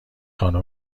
خانم